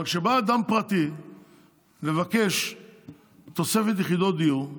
אבל כשבא אדם פרטי ומבקש תוספת יחידות דיור,